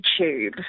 YouTube